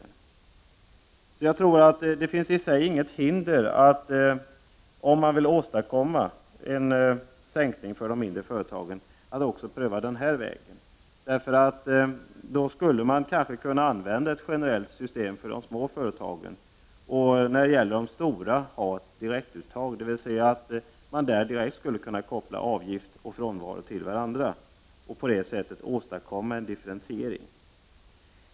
Det finns alltså enligt min mening i sig inget hinder att, om man vill åstadkomma en sänkning av arbetsgivaravgiften för de mindre företagen, även pröva att gå denna väg. Då skulle man kanske kunna använda ett generellt system för de små företagen och i fråga om de stora ha ett direktuttag, dvs. att man där direkt skulle kunna koppla avgift och frånvaro till varandra. På detta sätt skulle man åstadkomma en differentiering.